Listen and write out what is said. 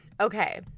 Okay